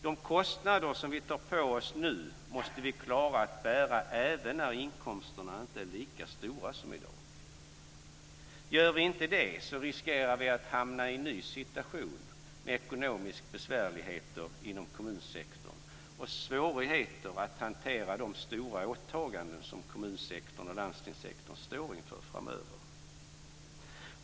De kostnader som vi tar på oss nu måste vi klara att bära även när inkomsterna inte är lika stora som i dag. Gör vi inte det riskerar vi att hamna i en ny situation med ekonomiska besvärligheter inom kommunsektorn och med svårigheter att hantera de stora åtaganden som kommunsektorn och landstingssektorn står inför framöver.